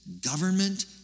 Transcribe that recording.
government